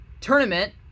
tournament